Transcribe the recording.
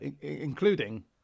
Including